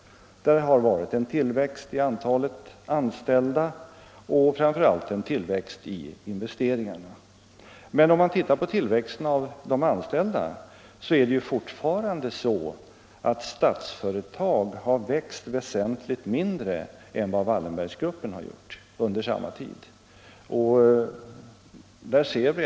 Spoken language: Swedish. Där har förekommit en tillväxt i antalet anställda och framför allt i vad gäller investeringarna. Men när det gäller antalet anställda har Statsföretag fortfarande växt väsentligt mindre än vad Wallenbergsgruppen gjort under samma tid.